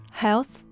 health